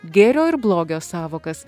gėrio ir blogio sąvokas